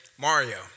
Mario